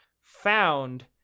found